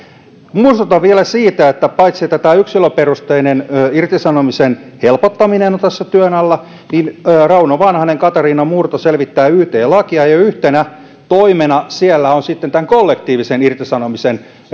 muistutan vielä siitä että paitsi että yksilöperusteisen irtisanomisen helpottaminen on tässä työn alla myös rauno vanhanen ja katarina murto selvittävät yt lakia ja yhtenä toimena siellä on sitten kollektiivisen irtisanomisen